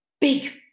big